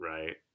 Right